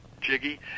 Jiggy